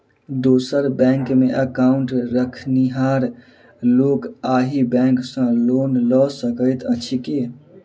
दोसर बैंकमे एकाउन्ट रखनिहार लोक अहि बैंक सँ लोन लऽ सकैत अछि की?